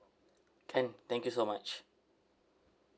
can thank you so much